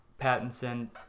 Pattinson